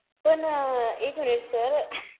पण एक minute sir